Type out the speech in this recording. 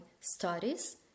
studies